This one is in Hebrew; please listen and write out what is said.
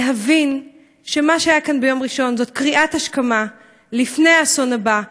להבין שמה שהיה כאן ביום ראשון זה קריאת השכמה לפני האסון הבא,